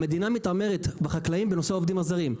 המדינה מתעמרת בחקלאים בנושא העובדים הזרים,